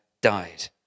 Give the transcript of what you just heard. died